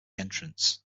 entrance